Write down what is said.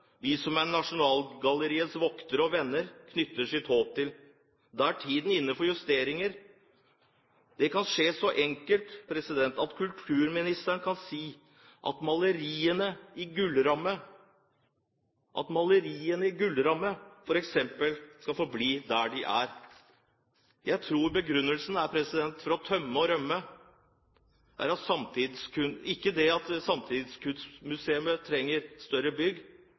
vi inne i en fase som vi som er Nasjonalgalleriets voktere og venner, knytter vårt håp til. Da er tiden inne for justeringer. Det kan skje så enkelt som at kulturministeren sier at maleriene i gullrammer, f.eks., skal få bli der de er. Jeg tror ikke begrunnelsen for å tømme og rømme Nasjonalgalleriet er at Samtidskunstmuseet trenger et større bygg.